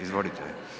Izvolite.